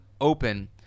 open